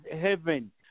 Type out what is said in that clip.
heaven